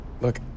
look